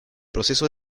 proceso